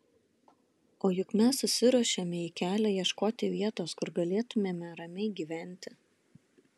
o juk mes susiruošėme į kelią ieškoti vietos kur galėtumėme ramiai gyventi